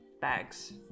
Bags